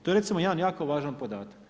To je recimo jedan jako važan podatak.